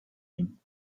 ihn